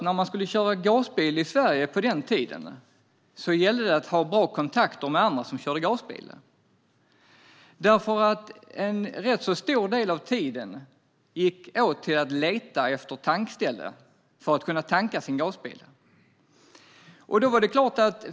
När man skulle köra gasbil i Sverige på den tiden gällde det att ha bra kontakter med andra som körde gasbilar, för en rätt stor del av tiden gick åt till att leta efter tankställen där man kunde tanka sin gasbil.